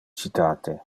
citate